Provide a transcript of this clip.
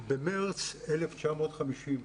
במרס 1950,